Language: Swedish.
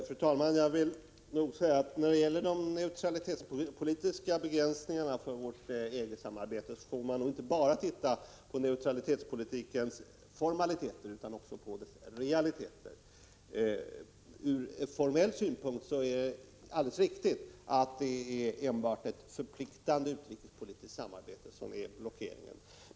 Fru talman! När det gäller de neutralitetspolitiska begränsningarna för vårt EG-samarbete får man nog inte bara titta på neutralitetspolitikens formaliteter utan också på dess realiteter. Ur formell synpunkt är det alldeles riktigt att det enbart är ett förpliktande utrikespolitiskt samarbete som innebär en blockering.